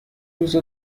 روزا